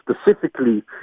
specifically